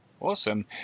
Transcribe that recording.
awesome